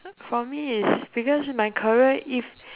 for me is because my career if